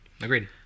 Agreed